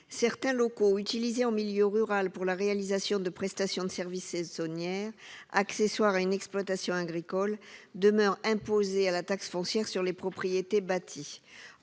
Certains locaux utilisés en milieu rural pour la réalisation de prestations de services saisonnières, parfois accessoires à une exploitation agricole, demeurent soumis à la taxe foncière sur les propriétés bâties.